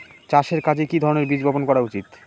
চাষের কাজে কি ধরনের বীজ বপন করা উচিৎ?